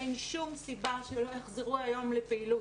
אין שום סיבה שלא יחזרו היום לפעילות.